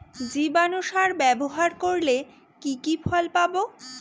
জীবাণু সার ব্যাবহার করলে কি কি ফল পাবো?